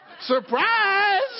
Surprise